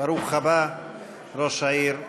יושב-ראש האופוזיציה,